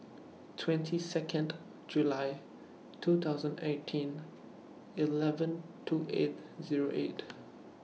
twenty Second July two thousand eighteen eleven two eight Zero eight